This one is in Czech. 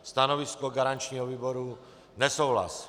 Stanovisko garančního výboru je nesouhlasné.